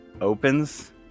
Opens